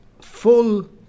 full